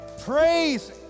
Praise